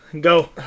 Go